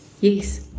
yes